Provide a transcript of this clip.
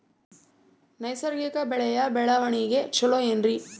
ನೈಸರ್ಗಿಕ ಬೆಳೆಯ ಬೆಳವಣಿಗೆ ಚೊಲೊ ಏನ್ರಿ?